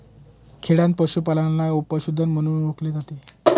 खेडयांत पशूपालनाला पशुधन म्हणून ओळखले जाते